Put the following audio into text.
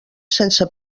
sense